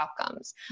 outcomes